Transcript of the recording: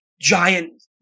giant